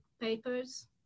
papers